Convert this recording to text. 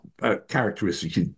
characteristics